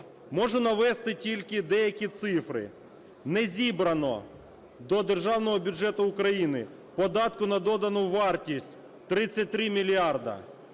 Можу навести тільки деякі цифри. Не зібрано до державного бюджету України податку на додану вартість 33 мільярди,